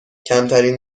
کمترین